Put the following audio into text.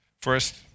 first